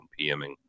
PMing